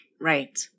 right